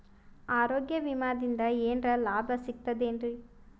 ಆರೋಗ್ಯ ವಿಮಾದಿಂದ ಏನರ್ ಲಾಭ ಸಿಗತದೇನ್ರಿ?